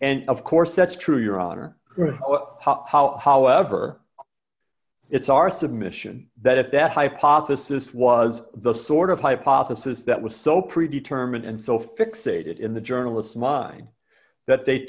and of course that's true your honor however it's our submission that if that hypothesis was the sort of hypothesis that was so pre determined and so fixated in the journalists mine that they